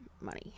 money